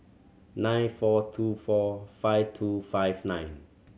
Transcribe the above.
nine four two four five two five nine